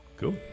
Cool